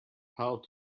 how